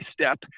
step